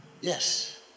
Yes